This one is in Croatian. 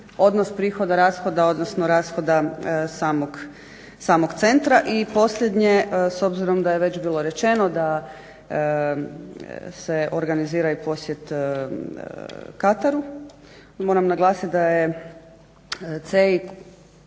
odnos prihoda, rashoda, odnosno rashoda samog centra. I posljednje, s obzirom da je već bilo rečeno da organizira i posjet Kataru. Tu moram naglasiti da je CEIK